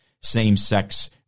same-sex